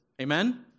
Amen